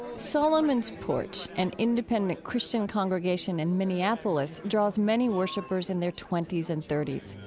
solomon's porch, an independent christian congregation in minneapolis, draws many worshipers in their twenty s and thirty s.